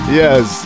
yes